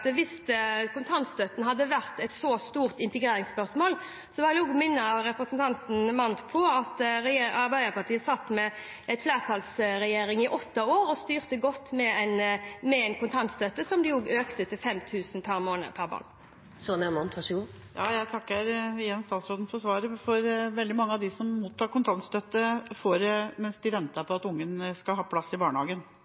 Arbeiderpartiet satt i en flertallsregjering i åtte år og styrte godt med en kontantstøtte som de også økte til 5 000 kr per barn per måned. Jeg takker igjen statsråden for svaret. Veldig mange av dem som mottar kontantstøtte, får det mens de venter